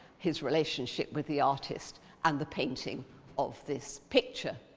his relationship with the artist and the painting of this picture.